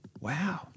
Wow